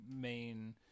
main